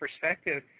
perspective